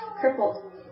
crippled